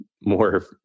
more